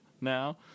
now